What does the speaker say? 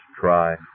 try